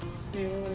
still